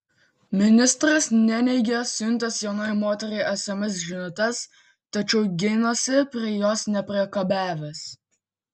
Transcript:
ministras neneigia siuntęs jaunai moteriai sms žinutes tačiau ginasi prie jos nepriekabiavęs